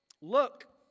Look